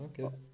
okay